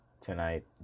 Tonight